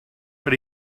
but